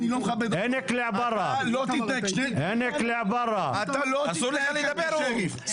אתה לא תתנהל כאן כשריף.